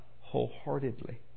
wholeheartedly